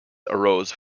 arose